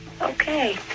Okay